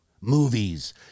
Movies